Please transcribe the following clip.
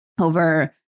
over